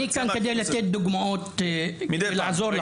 אני כאן כדי לתת דוגמאות ולעזור לך.